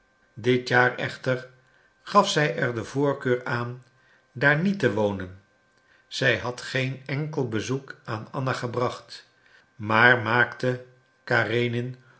dit jaar echter gaf zij er de voorkeur aan daar niet te wonen zij had geen enkel bezoek bij anna gebracht maar maakte